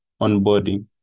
onboarding